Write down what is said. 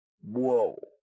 Whoa